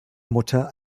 mutter